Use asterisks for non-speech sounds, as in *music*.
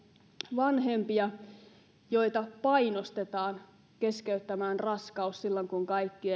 vanhempia joita painostetaan keskeyttämään raskaus silloin kun kaikki *unintelligible*